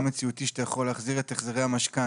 מציאותי שאתה יכול להחזיר את החזרי המשכנתא.